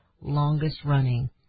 Longest-running